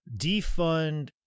defund